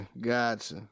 Gotcha